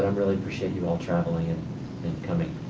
ah really appreciate you all traveling and and coming.